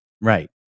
right